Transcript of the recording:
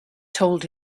told